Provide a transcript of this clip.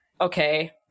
okay